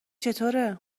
چطوره